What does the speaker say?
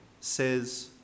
says